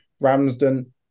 Ramsden